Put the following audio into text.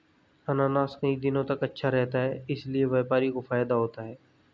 अनानास कई दिनों तक अच्छा रहता है इसीलिए व्यापारी को फायदा होता है